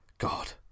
God